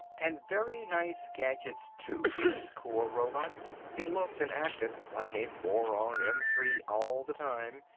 and very nice gadgets too, these corps robots. it looked and acted like a moron m three all the time.